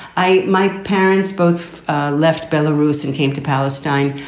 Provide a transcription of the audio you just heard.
i my parents both left belarus and came to palestine.